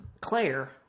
Claire